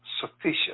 sufficient